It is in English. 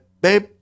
babe